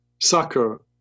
soccer